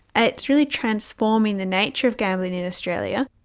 ah it's really transforming the nature of gambling in australia.